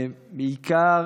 בעיקר